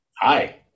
Hi